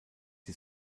die